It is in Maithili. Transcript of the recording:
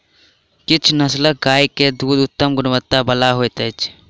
किछ नस्लक गाय के दूध उत्तम गुणवत्ता बला होइत अछि